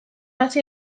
hasi